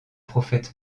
prophète